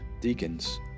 Deacons